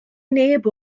neb